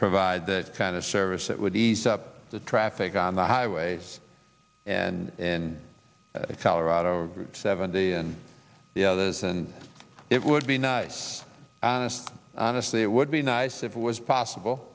provide that kind of service that would ease up the traffic on the highways and in colorado seventy and the others and it would be nice and honestly it would be nice if it was possible